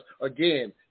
again